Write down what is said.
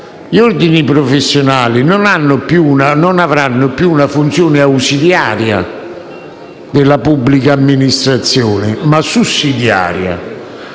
Gli ordini professionali non avranno più una funzione ausiliaria per la pubblica amministrazione ma sussidiaria;